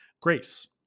Grace